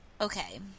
Okay